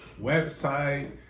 website